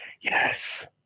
Yes